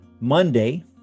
Monday